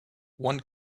one